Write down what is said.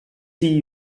see